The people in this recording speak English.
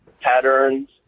patterns